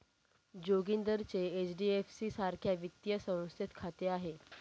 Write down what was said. जोगिंदरचे एच.डी.एफ.सी सारख्या वित्तीय संस्थेत खाते आहे